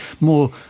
more